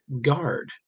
guard